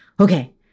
okay